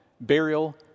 burial